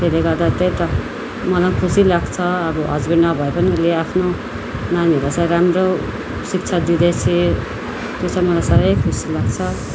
त्यसले गर्दा त्यही त मलाई खुसी लाग्छ अब हसबेन्ड नभए पनि उसले आफ्नो नानीहरूलाई चाहिँ राम्रो शिक्षा दिँदैछे त्यो चाहिँ मलाई साह्रै खुसी लाग्छ